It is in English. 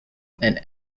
and